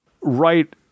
right